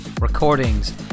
recordings